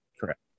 Correct